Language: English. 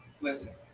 listen